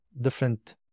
Different